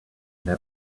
their